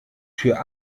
tür